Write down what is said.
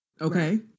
okay